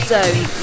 Zone